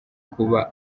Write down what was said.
kuba